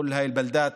כל האי אל-בלדאת.